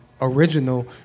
Original